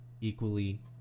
equally